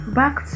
back